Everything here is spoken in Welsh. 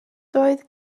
doedd